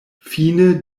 fine